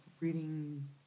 reading